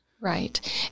Right